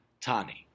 Tani